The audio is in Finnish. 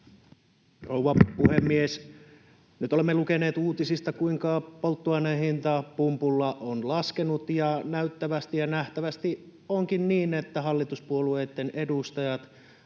Rouva puhemies! Nyt olemme lukeneet uutisista, kuinka polttoaineen hinta pumpulla on laskenut, ja nähtävästi onkin niin, että hallituspuolueitten edustajat